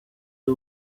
uba